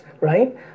right